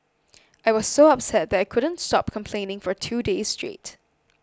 I was so upset that I couldn't stop complaining for two days straight